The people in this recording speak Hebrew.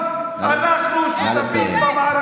אף אחד לא כובש פה.